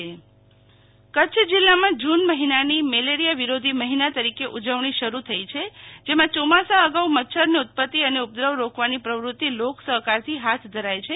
Sheetal Vaishnav malaria વિરોધી માસ કચ્છ જિલ્લામાં જૂન મહિનાની મેલેરિયા વિરોધી મહિના તરીકે ઉજવણી શરૂ થઈ છે જેમાં ચોમાસા અગાઉ મચ્છરની ઉત્પતિ અને ઉપદ્રવ રોકવાની પ્રવ્રતિ લોક સહકારથી હાથ ધરાય છે